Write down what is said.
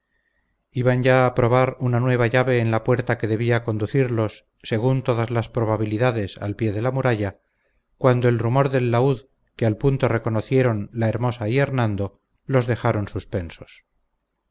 iban ya a probar una nueva llave en la puerta que debía conducirlos según todas las probabilidades al pie de la muralla cuando el rumor del laúd que al punto reconocieron la hermosa y hernando los dejaron suspensos